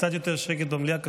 קצת יותר שקט במליאה,